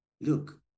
look